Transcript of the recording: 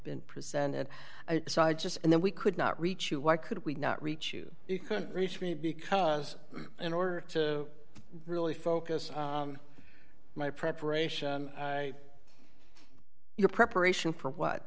been presented so i just and then we could not reach you why could we not reach you you couldn't reach me because in order to really focus my preparation your preparation for what